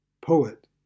poet